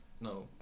No